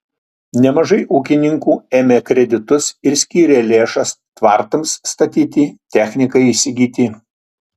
nemažai ūkininkų ėmė kreditus ir skyrė lėšas tvartams statyti technikai įsigyti